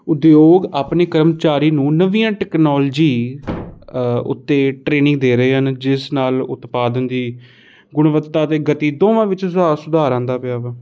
ਉਦਯੋਗ ਆਪਣੀ ਕਰਮਚਾਰੀ ਨੂੰ ਨਵੀਆਂ ਟੈਕਨੋਲੋਜੀ ਉੱਤੇ ਟ੍ਰੇਨਿੰਗ ਦੇ ਰਹੇ ਹਨ ਜਿਸ ਨਾਲ ਉਤਪਾਦਨ ਦੀ ਗੁਣਵੱਤਾ ਅਤੇ ਗਤੀ ਦੋਵਾਂ ਵਿੱਚ ਸੁਧਾ ਸੁਧਾਰ ਆਉਂਦਾ ਪਿਆ ਵਾ